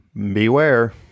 Beware